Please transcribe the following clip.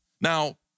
Now